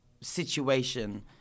situation